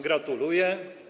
Gratuluję.